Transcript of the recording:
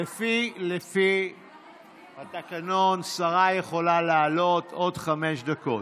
לפי התקנון שר יכול לעלות עוד חמש דקות.